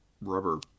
rubber